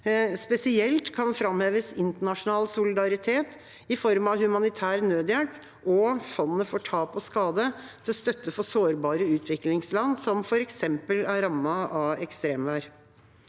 Spesielt kan framheves internasjonal solidaritet i form av humanitær nødhjelp og fondet for tap og skade til støtte for sårbare utviklingsland som f.eks. er rammet av ekstremvær.